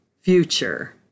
future